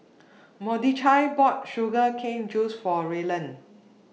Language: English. Mordechai bought Sugar Cane Juice For Ryland